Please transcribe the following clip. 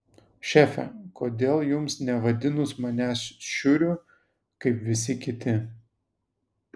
šefe kodėl jums nevadinus manęs šiuriu kaip visi kiti